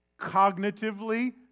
cognitively